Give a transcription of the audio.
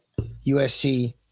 USC